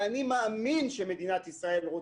ואני מאמין שמדינת ישראל,